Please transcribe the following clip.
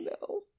no